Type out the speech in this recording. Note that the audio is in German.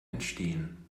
entstehen